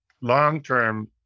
long-term